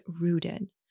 rooted